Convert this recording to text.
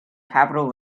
capitol